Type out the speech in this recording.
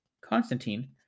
Constantine